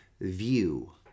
view